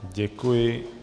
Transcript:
Děkuji.